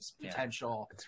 potential